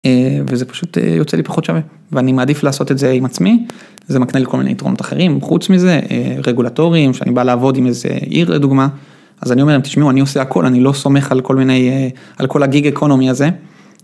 וזה פשוט יוצא לי פחות שווה ואני מעדיף לעשות את זה עם עצמי זה מקנה לי כל מיני יתרונות אחרים חוץ מזה רגולטורים שאני בא לעבוד עם איזה עיר לדוגמה. אז אני אומר להם תשמעו אני עושה הכל אני לא סומך על כל מיני על כל הגיג אקונומי הזה.